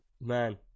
Man